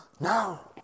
now